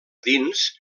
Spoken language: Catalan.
dins